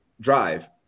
drive